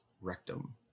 rectum